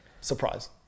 Surprise